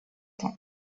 temps